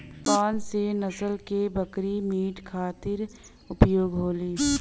कौन से नसल क बकरी मीट खातिर उपयोग होली?